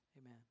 Amen